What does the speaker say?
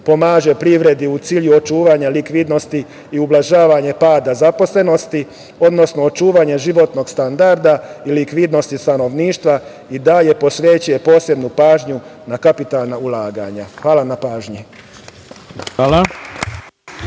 pomaže privredi u cilju očuvanja likvidnosti i ublažavanja pada zaposlenosti, odnosno očuvanju životnog standarda i likvidnosti stanovništva i dalje posvećuje posebnu pažnju kapitalnim ulaganjima. Hvala na pažnji. **Ivica